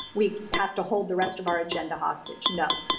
we have to hold the rest of our agenda hostage. no.